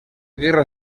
guerra